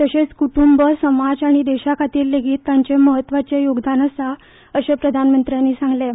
तर्शेच कुटुंब समाज आनी देशा खातीर लेगीत तांचे महत्वाचें योगदान आसा अशें प्रधानमंत्र्यांनी सांगलें